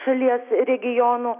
šalies regionų